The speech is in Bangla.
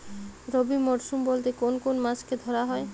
রবি মরশুম বলতে কোন কোন মাসকে ধরা হয়?